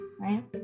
right